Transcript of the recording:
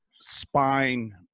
spine